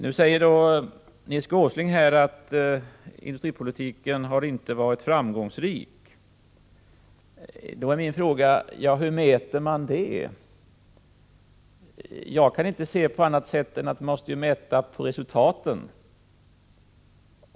Nils Åsling säger att industripolitiken inte har varit framgångsrik. Då är min fråga: Hur mäter man det? Jag kan inte se det på annat sätt än att man måste mäta resultaten.